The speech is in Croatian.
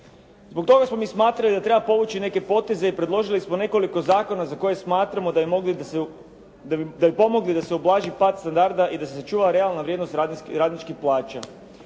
Zbog toga smo mi smatrali da treba povući neke poteze i predložili smo nekoliko zakona za koje smatramo da bi pomogli da se ublaži pad standarda i da se sačuva realna vrijednost radničkih plaća.